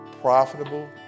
profitable